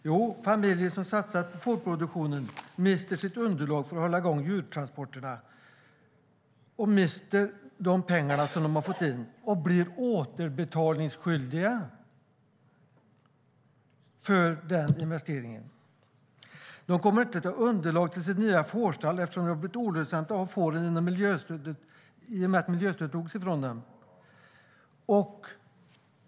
Jo, familjer som har satsat på fårproduktion mister sitt underlag för att hålla i gång djurtransporterna. De mister de pengar de har fått in, och de blir återbetalningsskyldiga för den investeringen. De kommer inte att ha något underlag till sitt nya fårstall, eftersom det i och med att miljöstödet togs bort har blivit olönsamt att ha fåren.